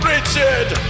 Richard